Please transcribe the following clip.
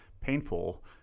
painful